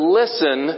listen